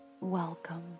Welcome